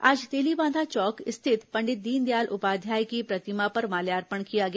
आज तेलीबांधा चौक स्थित पंडित दीनदयाल उपाध्याय की प्रतिमा पर माल्यार्पण किया गया